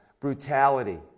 brutality